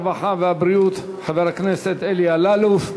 הרווחה והבריאות חבר הכנסת אלי אלאלוף.